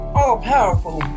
all-powerful